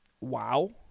wow